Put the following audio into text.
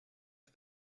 est